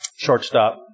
Shortstop